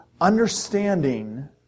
understanding